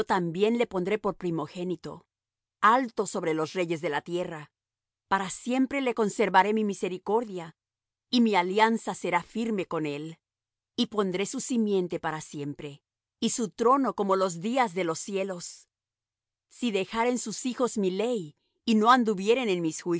también le pondré por primogénito alto sobre los reyes de la tierra para siempre le conservaré mi misericordia y mi alianza será firme con él y pondré su simiente para siempre y su trono como los días de los cielos si dejaren sus hijos mi ley y no anduvieren en mis